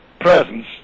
presence